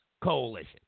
coalition